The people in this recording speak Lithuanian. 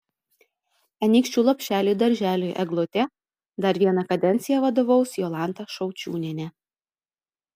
anykščių lopšeliui darželiui eglutė dar vieną kadenciją vadovaus jolanta šaučiūnienė